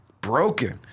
broken